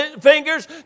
fingers